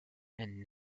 and